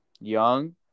young